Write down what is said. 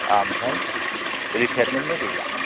आमफ्राय रिटायारमेन्टबो गैला